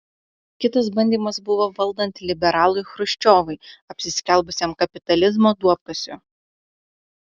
kitas bandymas buvo valdant liberalui chruščiovui apsiskelbusiam kapitalizmo duobkasiu